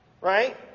right